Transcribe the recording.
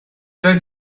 doedd